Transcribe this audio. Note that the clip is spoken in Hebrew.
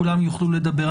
כולם יוכלו לדבר.